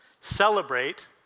celebrate